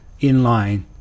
inline